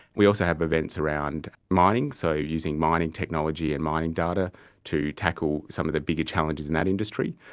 we also have events around mining, so using mining technology and mining data to tackle some of the bigger challenges in that industry.